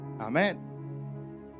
Amen